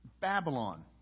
Babylon